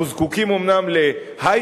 אומנם אנחנו זקוקים להיי-טק,